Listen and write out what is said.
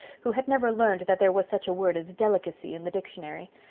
who had never learned that there was such a word as delicacy in the dictionary.